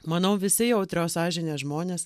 manau visi jautrios sąžinės žmonės